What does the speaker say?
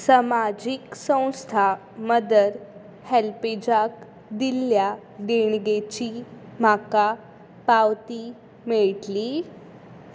समाजीक संस्था मदर हेल्पेजाक दिल्ल्या देणगेची म्हाका पावती मेळटली